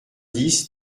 dix